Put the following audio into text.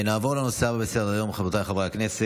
נעבור לנושא הבא בסדר-היום, רבותיי חברי הכנסת: